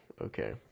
okay